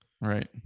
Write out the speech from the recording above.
Right